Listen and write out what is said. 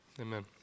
amen